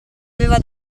aveva